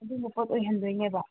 ꯑꯗꯨꯝꯕ ꯄꯣꯠ ꯑꯣꯏꯍꯟꯗꯣꯏꯅꯦꯕ